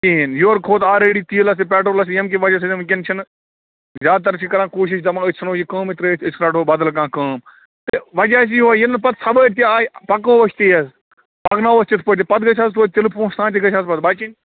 کِہیٖنٛۍ یورٕ کھوٚت آلریڈی تیٖلَس تہٕ پیٹرولَس تہِ ییٚمہِ کہ وجہ سۭتٮ۪ن وُنکٮ۪ن چھِنہٕ زیاد تَر چھِ کَران کوٗشِش دپان أسۍ ژھٕنو یہِ کٲمٕے ترٛٲوِتھ أسۍ رٹہَو بَدل کانٛہہ کٲم وجہ چھِ یِوٚہے ییٚلہِ نہٕ پتہٕ سَوٲرۍ تہِ آیہِ پَکَو أسۍ تیز پَکناوَو أسۍ تِتھٕ پٲٹھۍ تہِ پتہٕ گژھِ حظ توتہِ تِلہٕ پۄنٛسہٕ تہِ گٔژھ حظ پتہٕ بَچٕنۍ